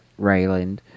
Rayland